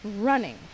running